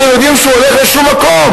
אתם יודעים שהוא הולך לשום מקום.